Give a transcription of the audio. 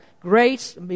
grace